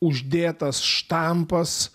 uždėtas štampas